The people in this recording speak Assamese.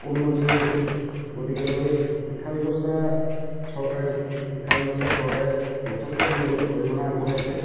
উন্নতি হৈছে গতিকে লৈ শিক্ষা ব্যৱস্থা চৰকাৰে শিক্ষা ব্যৱস্থাত চৰকাৰে যথেষ্টখিনি অৰিহণা আগবঢ়াইছে